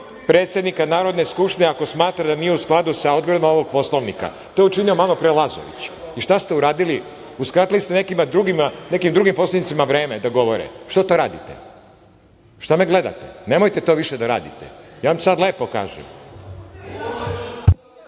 predsednika Narodne skupštine ako smatra da nije u skladu sa odredbama ovog Poslovnika“.To je učinio malopre Lazović i šta ste uradili? Uskratili ste nekim drugim poslanicima vreme da govore? Što to radite? Šta me gledate? Nemojte to više da radite. Ja vam sad lepo kažem.